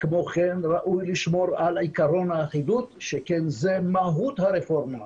כמו כן ראוי לשמור על עיקרון האחידות שכן זו מהות הרפורמה.